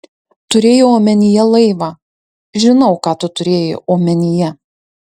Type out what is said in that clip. turėjau omenyje laivą žinau ką tu turėjai omenyje